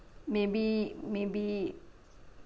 maybe maybe